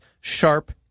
sharp